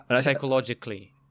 psychologically